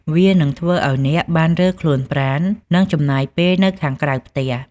វានឹងធ្វើឱ្យអ្នកបានរើខ្លួនប្រាណនិងចំណាយពេលនៅខាងក្រៅផ្ទះ។